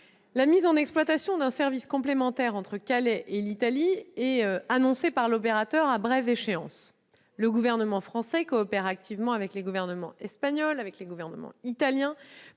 La mise en exploitation d'un service complémentaire entre Calais et l'Italie est annoncée par l'opérateur à brève échéance. Le gouvernement français coopère activement avec ses homologues espagnol et italien